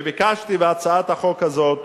ובהצעת החוק הזאת